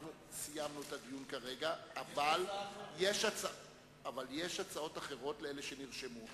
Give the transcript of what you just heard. אנחנו סיימנו את הדיון כרגע אבל יש הצעות אחרות לאלה שנרשמו.